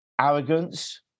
arrogance